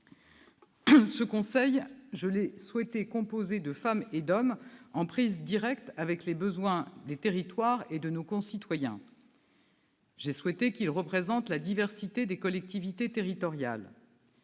Ce conseil, je l'ai souhaité composé de femmes et d'hommes en prise directe avec les besoins des territoires et de nos concitoyens. J'ai souhaité qu'il représente la diversité des collectivités territoriales.